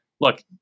Look